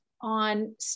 on